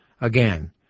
again